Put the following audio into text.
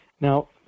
Now